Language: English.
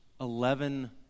eleven